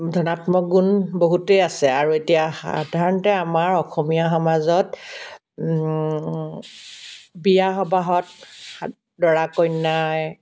ধনাত্মক গুণ বহুতেই আছে আৰু এতিয়া সাধাৰণতে আমাৰ অসমীয়া সমাজত বিয়া সভাত দৰা কইনাই